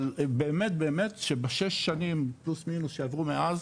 אבל באמת באמת שבשש שנים פלוס מינוס שעברו מאז